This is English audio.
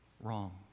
Wrong